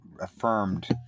affirmed